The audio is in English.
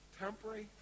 temporary